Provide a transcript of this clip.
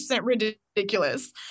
ridiculous